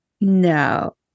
No